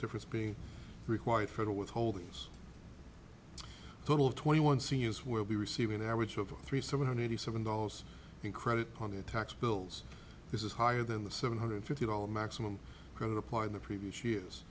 difference being required federal withholdings total of twenty one seniors will be receiving average of three seven hundred eighty seven dollars in credit on the tax bills this is higher than the seven hundred fifty dollars maximum credit applied in the previous years